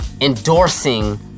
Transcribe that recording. endorsing